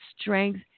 strength